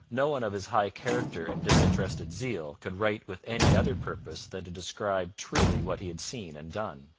no one of his high character and disinterested zeal could write with any other purpose than to describe truly what he had seen and done.